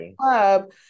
club